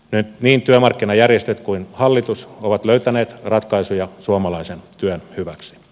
nyt niin työmarkkinajärjestöt kuin hallitus ovat löytäneet ratkaisuja suomalaisen työn hyväksi